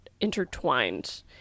intertwined